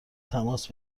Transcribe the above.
تماس